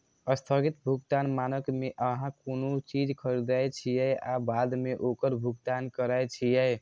स्थगित भुगतान मानक मे अहां कोनो चीज खरीदै छियै आ बाद मे ओकर भुगतान करै छियै